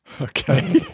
Okay